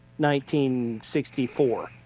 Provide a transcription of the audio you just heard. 1964